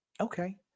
Okay